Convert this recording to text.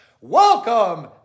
Welcome